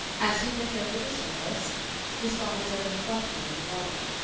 as he bent over the surface he saw his own reflection in the water,